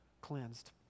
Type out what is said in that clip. cleansed